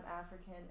African